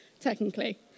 Technically